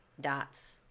dots